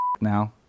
now